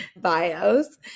bios